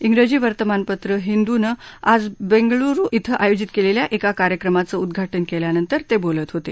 इंग्रजी वर्तमानपत्र हिंदूनं आज बंगळुरात आयोजित केलेल्या एका कार्यक्रमाचं उद्घा ज केल्यानंतर ते बोलत होते